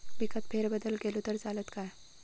पिकात फेरबदल केलो तर चालत काय?